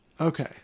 Okay